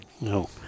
No